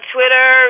Twitter